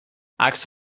عکس